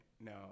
No